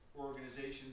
organizations